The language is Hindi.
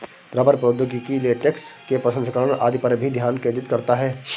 रबड़ प्रौद्योगिकी लेटेक्स के प्रसंस्करण आदि पर भी ध्यान केंद्रित करता है